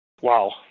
Wow